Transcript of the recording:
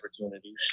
opportunities